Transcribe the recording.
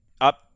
up